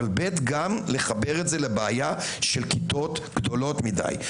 וגם לחבר את זה לבעיה של כיתות גדולות מדי.